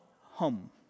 home